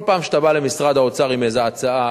כל פעם שאתה בא למשרד האוצר עם איזו הצעה,